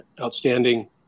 Outstanding